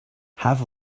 have